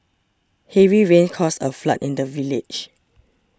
heavy rain caused a flood in the village